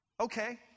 Okay